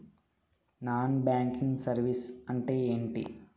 Non banking services అంటే ఎంటి?